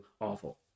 awful